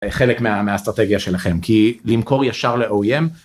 חלק מהאסטרטגיה שלכם כי למכור ישר ל OEM.